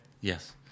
Yes